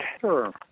Sure